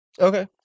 Okay